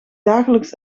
dagelijks